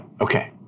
Okay